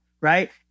right